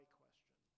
question